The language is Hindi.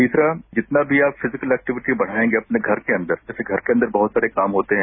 तीसरा जितना भी आप फिजिकल एक्टिविटी बढ़ाएंगे अपने घर के अंदर जैसे घर के अंदर बहत सारे काम होते हैं